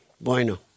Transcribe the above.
Bueno